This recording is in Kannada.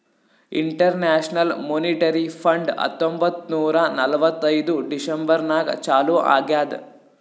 ಇಂಟರ್ನ್ಯಾಷನಲ್ ಮೋನಿಟರಿ ಫಂಡ್ ಹತ್ತೊಂಬತ್ತ್ ನೂರಾ ನಲ್ವತ್ತೈದು ಡಿಸೆಂಬರ್ ನಾಗ್ ಚಾಲೂ ಆಗ್ಯಾದ್